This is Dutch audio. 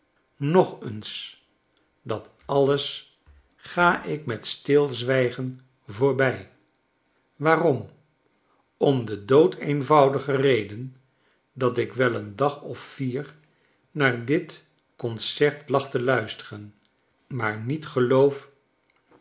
nog eens dat alles ga ik met stilzwijgen voorbij waarom om de doodeenvoudige reden dat ik wel een dag of vier naar dit concert lag te luisteren maar niet geloof